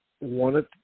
wanted